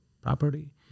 property